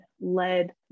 led